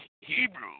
Hebrew